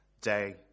day